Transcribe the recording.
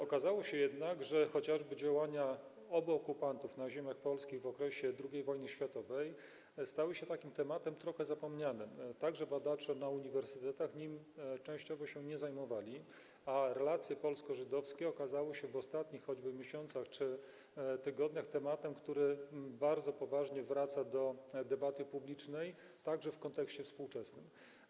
Okazało się, że działania obu okupantów na ziemiach polskich w okresie II wojny światowej są takim tematem trochę zapomnianym - także badacze na uniwersytetach częściowo się nim nie zajmowali - a relacje polsko-żydowskie stały się w ostatnich choćby miesiącach czy tygodniach tematem, który jako bardzo ważny wraca do debaty publicznej, także w kontekście współczesnym.